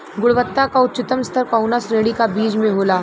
गुणवत्ता क उच्चतम स्तर कउना श्रेणी क बीज मे होला?